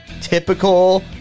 Typical